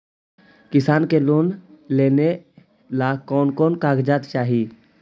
किसान के लोन लेने ला कोन कोन कागजात चाही?